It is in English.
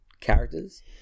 characters